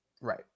Right